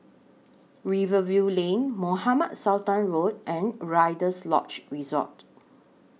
Rivervale Lane Mohamed Sultan Road and Rider's Lodge Resort